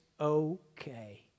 okay